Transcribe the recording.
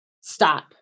stop